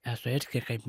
esu irgi kaip